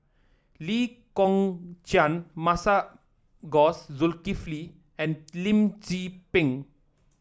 Lee Kong Chian Masagos Zulkifli and Lim Tze Peng